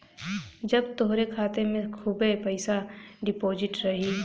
जब तोहरे खाते मे खूबे पइसा डिपोज़िट रही